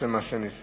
עושה מעשה נסים,